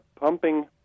pumping